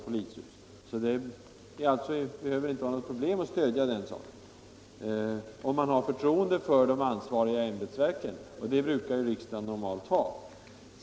Det behöver alltså inte vara något problem att stödja den saken, om man har förtroende för de ansvariga ämbetsverken, och det brukar ju riksdagen normalt ha.